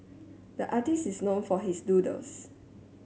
the artist is known for his doodles